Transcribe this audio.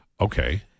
Okay